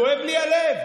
כואב לי הלב.